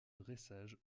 dressage